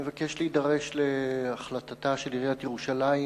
אני מבקש להידרש להחלטתה של עיריית ירושלים